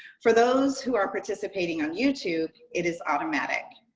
for those who are participating on youtube, it is automatic.